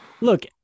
Look